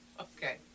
Okay